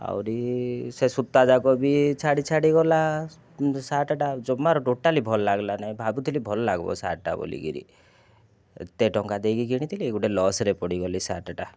ଆହୁରି ସେ ସୂତା ଯାକ ବି ଛାଡ଼ି ଛାଡ଼ି ଗଲା ସାର୍ଟଟା ଜମାରୁ ଟୋଟାଲି ଭଲ ଲାଗିଲାନି ଭାବୁଥିଲି ଭଲ ଲାଗିବ ସାର୍ଟଟା ବୋଲିକରି ଏତେ ଟଙ୍କା ଦେଇକି କିଣିଥିଲି ଗୋଟେ ଲସ୍ରେ ପଡ଼ିଗଲି ସାର୍ଟଟା